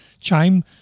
Chime